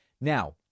Now